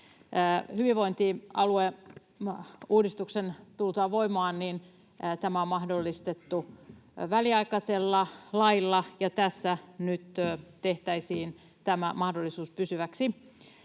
Hyvinvointialueuudistuksen tultua voimaan tämä on mahdollistettu väliaikaisella lailla, ja tässä nyt tehtäisiin tämä mahdollisuus pysyväksi.